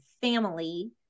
family